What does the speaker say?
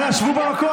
אנא שבו במקום.